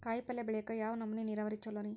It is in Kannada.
ಕಾಯಿಪಲ್ಯ ಬೆಳಿಯಾಕ ಯಾವ ನಮೂನಿ ನೇರಾವರಿ ಛಲೋ ರಿ?